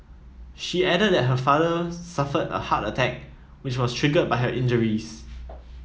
she added that her father suffered a heart attack which was triggered by his injuries